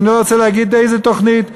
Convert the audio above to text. אני לא רוצה להגיד באיזה תוכנית,